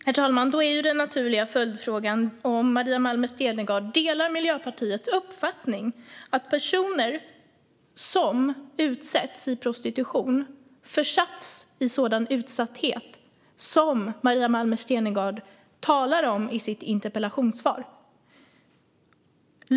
Herr talman! Då är ju den naturliga följdfrågan om Maria Malmer Stenergard delar Miljöpartiets uppfattning att personer som utsätts i prostitution har försatts i sådan utsatthet som Maria Malmer Stenergard talar om i sitt interpellationssvar.